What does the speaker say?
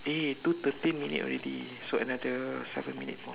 eh two thirteen minutes already so another seven minutes more